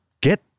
get